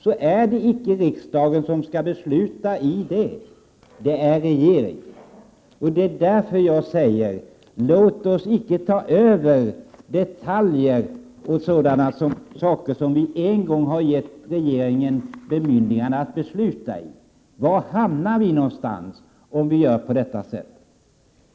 Det är icke riksdagen som skall besluta i dessa fall. Det är regeringen. Det är därför jag säger: Låt oss icke ta över detaljer i frågor som vi en gång har gett regeringen bemyndigande att besluta i. Var hamnar vi någonstans om vi gör det?